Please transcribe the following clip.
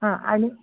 हां आणि